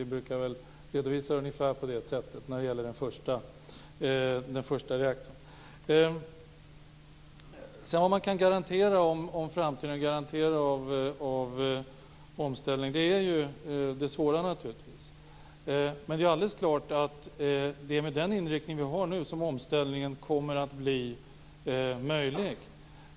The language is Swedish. Vi brukar väl redovisa det ungefär på det sättet när det gäller den första reaktorn. Vad man kan garantera i framtiden av omställning är naturligtvis det svåra. Men det är alldeles klart att det är med den inriktning vi har nu som en omställning kommer att bli möjlig.